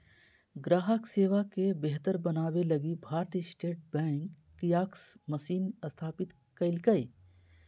ग्राहक सेवा के बेहतर बनाबे लगी भारतीय स्टेट बैंक कियाक्स मशीन स्थापित कइल्कैय